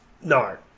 No